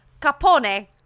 capone